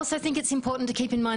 אני חושבת שחשוב לזכור,